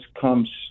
comes